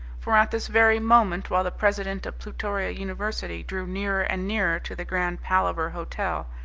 for at this very moment, while the president of plutoria university drew nearer and nearer to the grand palaver hotel,